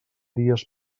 dies